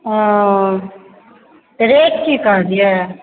ओ तऽ रेट की कहलिए